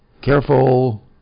careful